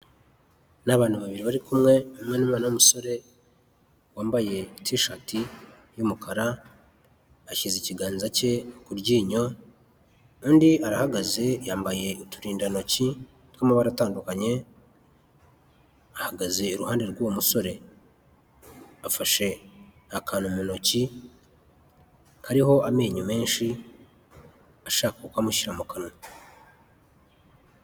Ni abantu babiri bari kumwe, umwe ni umwana w'umusore wambaye t-shirt y'umukara ashyize ikiganza cye ku ryinyo, undi arahagaze yambaye uturindantoki tw'amabara atandukanye, ahagaze iruhande rw'uwo musore. Afashe akantu mu ntoki kariho amenyo menshi, ashaka kukamushyira mu kanwa.